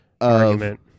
argument